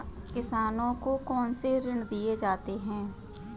किसानों को कौन से ऋण दिए जाते हैं?